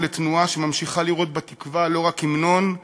לתנועה שממשיכה לראות בתקווה לא רק המנון,